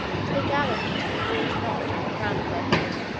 which they gathered into a rude knot on the crown of the head